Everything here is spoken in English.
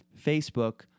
Facebook